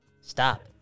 Stop